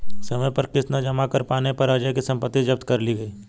समय पर किश्त न जमा कर पाने पर अजय की सम्पत्ति जब्त कर ली गई